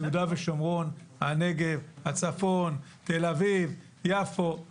יהודה ושומרון, הנגב, הצפון, תל אביב, יפו, רמלה,